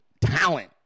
talent